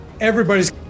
Everybody's